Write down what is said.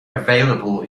available